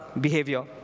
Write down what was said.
behavior